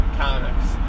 comics